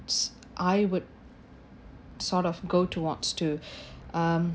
s~ I would sort of go towards to um